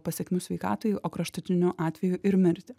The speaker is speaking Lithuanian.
pasekmių sveikatai o kraštutiniu atveju ir mirtį